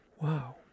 Wow